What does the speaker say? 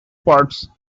parts